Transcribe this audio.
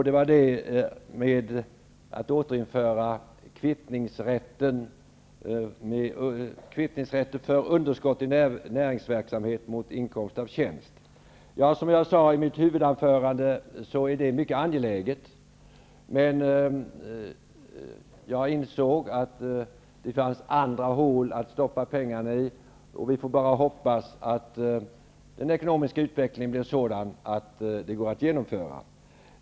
Det gällde bl.a. att återinföra rättan att kvitta underskott i näringsverksamhet mot inkomst av tjänst. Som jag sade i mitt huvudanförande är den frågan angelägen, men jag inser att det finns andra hål att stoppa pengarna i. Vi får hoppas att den ekonomiska utvecklingen blir sådan att det här går att genomföra.